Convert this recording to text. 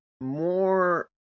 more